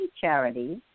charities